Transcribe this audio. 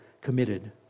committed